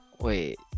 Wait